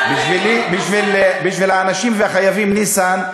בשביל האנשים והחייבים, ניסן,